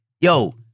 yo